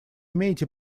имеете